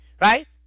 right